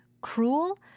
cruel